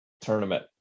tournament